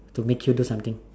to make you do something